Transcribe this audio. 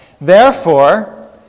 Therefore